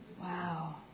Wow